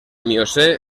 miocè